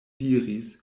diris